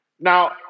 Now